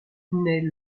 naît